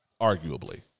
Arguably